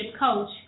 coach